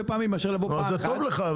פעמים מאשר לבוא פעם אחת --- אבל זה טוב לך,